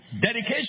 Dedication